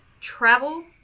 travel